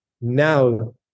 now